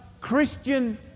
Christian